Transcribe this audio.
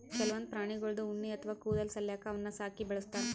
ಕೆಲವೊಂದ್ ಪ್ರಾಣಿಗಳ್ದು ಉಣ್ಣಿ ಅಥವಾ ಕೂದಲ್ ಸಲ್ಯಾಕ ಅವನ್ನ್ ಸಾಕಿ ಬೆಳಸ್ತಾರ್